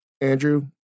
Andrew